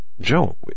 Joe